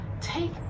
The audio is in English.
Take